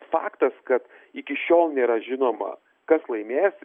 faktas kad iki šiol nėra žinoma kas laimės